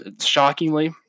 shockingly